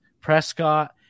Prescott